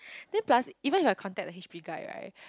then plus even you have contact the H_P guy right